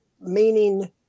meaning